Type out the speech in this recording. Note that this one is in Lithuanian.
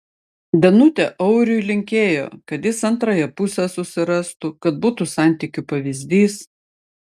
danutė auriui linkėjo kad jis antrąją pusę susirastų kad būtų santykių pavyzdys